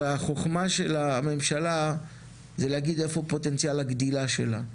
אבל החוכמה של הממשלה זה להגיד איפה פוטנציאל הגדילה שלה,